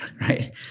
Right